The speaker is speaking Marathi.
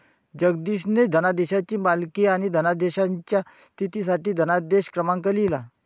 जगदीशने धनादेशांची मालिका आणि धनादेशाच्या स्थितीसाठी धनादेश क्रमांक लिहिला